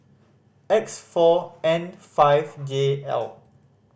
X four N five J L